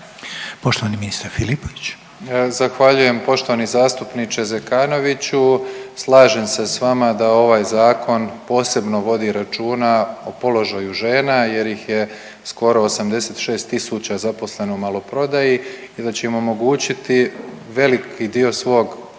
Davor (HDZ)** Zahvaljuje. Poštovani zastupniče Zekanoviću, slažem se s vama da ovaj zakon posebno vodi računa o položaju žena jer ih je skoro 86.000 zaposleno u maloprodaju i da će im omogućiti veliki dio svog,